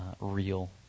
real